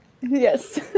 Yes